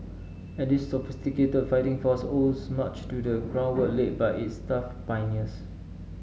and this sophisticated fighting force owes much to the groundwork laid by its tough pioneers